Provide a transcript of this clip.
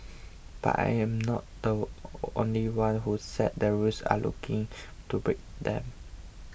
but I am not the only one who sets the rules are looking to break them